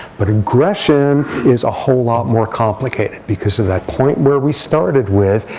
but aggression is a whole lot more complicated, because of that point where we started with,